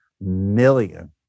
million